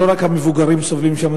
לא רק המבוגרים סובלים שם,